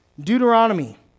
Deuteronomy